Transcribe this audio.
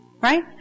Right